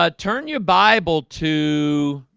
ah turn your bible to